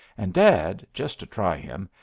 and dad, just to try him,